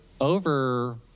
over